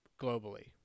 globally